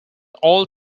all